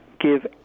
give